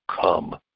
come